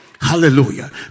Hallelujah